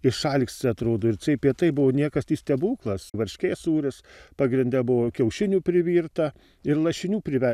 išalksi atrodo ir cai pietai buvo niekas tai stebuklas varškės sūris pagrinde buvo kiaušinių privirta ir lašinių prive